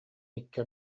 икки